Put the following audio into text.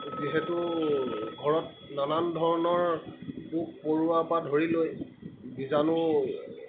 যিহেতু ঘৰত নানান ধৰণৰ পোক পৰুৱাৰ পৰা ধৰি লৈ বীজাণু